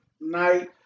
night